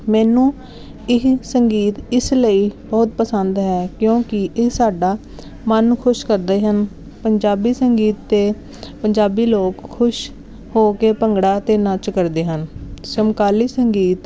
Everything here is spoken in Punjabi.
ਮੈਨੂੰ ਇਹ ਸੰਗੀਤ ਇਸ ਲਈ ਬਹੁਤ ਪਸੰਦ ਹੈ ਕਿਉਂਕਿ ਇਹ ਸਾਡਾ ਮਨ ਨੂੰ ਖੁਸ਼ ਕਰਦੇ ਹਨ ਪੰਜਾਬੀ ਸੰਗੀਤ ਅਤੇ ਪੰਜਾਬੀ ਲੋਕ ਖੁਸ਼ ਹੋ ਕੇ ਭੰਗੜਾ ਅਤੇ ਨੱਚ ਕਰਦੇ ਹਨ ਸਮਕਾਲੀ ਸੰਗੀਤ